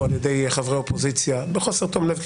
על ידי חברי אופוזיציה בחוסר תום לב,